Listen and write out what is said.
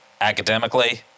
academically